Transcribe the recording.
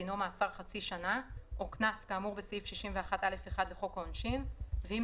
דינו מאסר חצי שנה או קנס כאמור בסעיף 61(א)(1) לחוק העונשין ואם